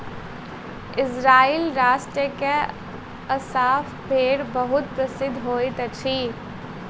Israel राष्ट्रक Assaf भेड़ बहुत प्रसिद्ध होइत अछि